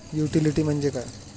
Utility म्हणजे काय?